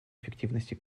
эффективности